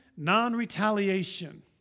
non-retaliation